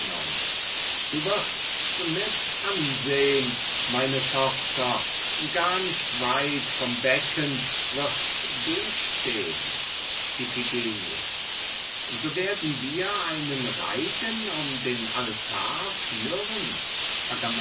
du wirst's mit ansehn meine tochter gar nicht weit vom becken wirst du stehn iphigenie so werden wir einen reigen um den altar führen